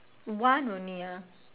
one only ah